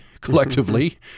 collectively